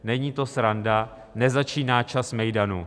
Není to sranda, nezačíná čas mejdanu.